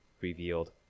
revealed